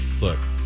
look